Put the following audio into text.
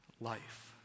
life